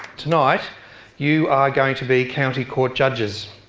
tonight you are going to be county court judges.